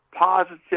positive